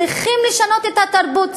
צריכים לשנות את התרבות,